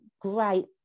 great